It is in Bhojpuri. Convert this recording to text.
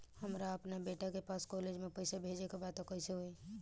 हमरा अपना बेटा के पास कॉलेज में पइसा बेजे के बा त कइसे होई?